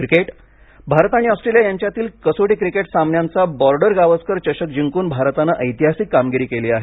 cricket Bharat आणि Australia यांच्यातील कसोटी क्रिकेट सामन्यांचा बॉर्डर गावस्कर चषक जिंकून भारतानं ऐतिहासिक कामगिरी केली आहे